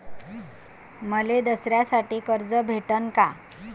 मले दसऱ्यासाठी कर्ज भेटन का?